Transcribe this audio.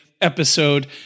episode